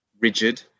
rigid